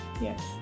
Yes